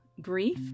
grief